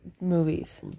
movies